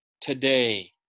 today